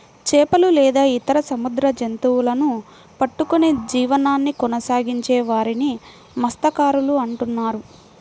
చేపలు లేదా ఇతర సముద్ర జంతువులను పట్టుకొని జీవనాన్ని కొనసాగించే వారిని మత్య్సకారులు అంటున్నారు